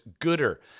Gooder